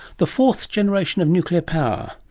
the fourth generation of nuclear power,